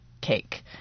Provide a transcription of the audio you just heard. cake